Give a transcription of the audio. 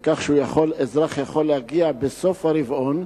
אזרח יכול להגיע בסוף הרבעון,